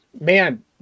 man